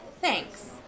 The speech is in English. Thanks